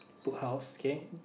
Book House K